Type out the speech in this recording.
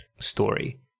story